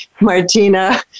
Martina